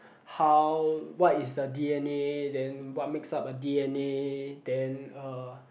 how what is the d_n_a then what makes up a d_n_a then uh